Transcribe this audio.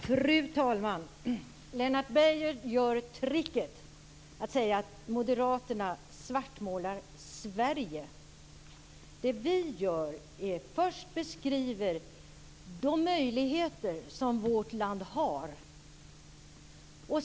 Fru talman! Lennart Beijer gör tricket! Han säger att moderaterna svartmålar Sverige. Vi beskriver först de möjligheter som vårt land har.